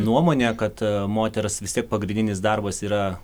nuomonę kad moters vis tiek pagrindinis darbas yra